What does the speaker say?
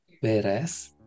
whereas